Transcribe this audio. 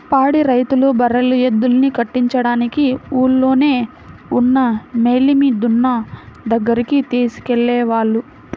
పాడి రైతులు బర్రెలు, ఎద్దుల్ని కట్టించడానికి ఊల్లోనే ఉన్న మేలిమి దున్న దగ్గరికి తీసుకెళ్ళేవాళ్ళు